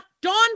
Don